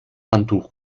handtuch